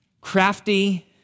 crafty